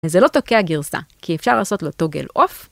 זה לא תוקע גרסה, כי אפשר לעשות לו טוגל אוף.